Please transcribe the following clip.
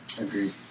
agreed